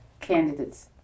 candidates